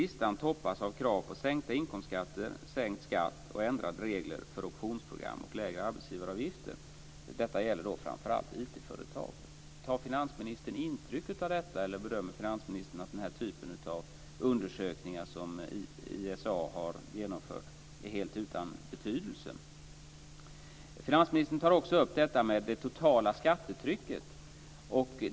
Listan toppas av krav på sänkta inkomstskatter, sänkt skatt och ändrade regler för optionsprogram och lägre arbetsgivaravgifter. Detta gäller framför allt IT Tar finansministern intryck av detta, eller bedömer finansministern att den här typen av undersökningar som ISA har genomfört är helt utan betydelse? Finansministern tar också upp frågan om det totala skattetrycket.